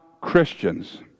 Christians